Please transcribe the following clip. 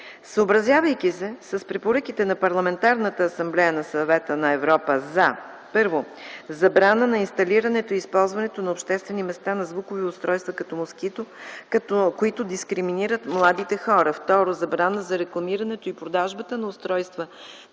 Съвета на Европа са за: първо, забрана за инсталирането и използването на обществени места на звукови устройства като „Москито”, които дискриминират младите хора; второ, забрана за рекламирането и продажбата на устройства